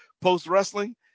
post-wrestling